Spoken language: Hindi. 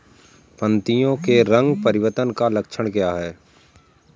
पत्तियों के रंग परिवर्तन का लक्षण क्या है?